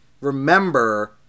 remember